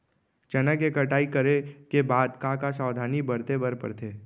चना के कटाई करे के बाद का का सावधानी बरते बर परथे?